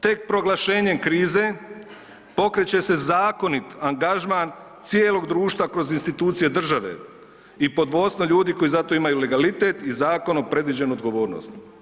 Tek proglašenjem krize pokreće se zakonit angažman cijelog društva kroz institucije države i pod vodstvom ljudi koji za to imaju legalitet i zakonom predviđenu odgovornost.